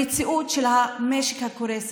המציאות של המשק הקורס,